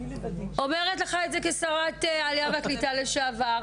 אני אומרת לך את זה כשרת העלייה והקליטה לשעבר.